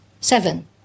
seven